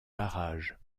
barrages